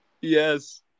Yes